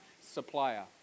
supplier